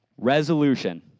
Resolution